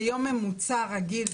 ביום ממוצע רגיל,